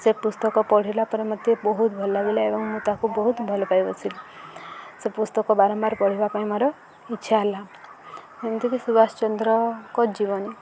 ସେ ପୁସ୍ତକ ପଢ଼ିଲା ପରେ ମୋତେ ବହୁତ ଭଲ ଲାଗିଲା ଏବଂ ମୁଁ ତାକୁ ବହୁତ ଭଲ ପାଇ ବସି ସେ ପୁସ୍ତକ ବାରମ୍ବାର ପଢ଼ିବା ପାଇଁ ମୋର ଇଚ୍ଛା ହେଲା ଏମିତିକି ସୁବାଷ ଚନ୍ଦ୍ରଙ୍କ ଜୀବନୀ